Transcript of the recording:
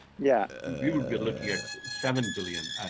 yeah we we would be looking at seven billion,